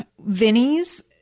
Vinny's